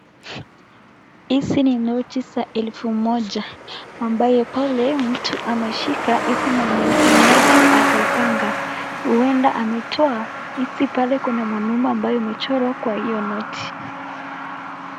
Hizi ni noti za elfu moja ambayo pale mtu ameshika hizi maelfu noti akaipanga. Huenda ametoa hizi pale kuna mwanaume ambaye amechorwa kwa hiyo noti .